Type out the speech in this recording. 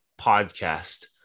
podcast